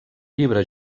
llibre